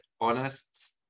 honest